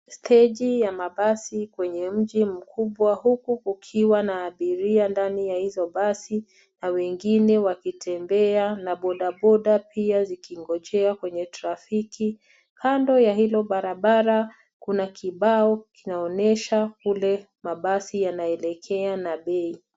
Steji ya basi kwenye mji mkubwa huku kukiwa na abiria ndani ya hizo basi na wengine wakitembea na bodaboda pia zikinojea kwenye trafiki. Kando ya hilo barabara kuna kibao kinaonyesha kule mabasi yanaelekea na bei.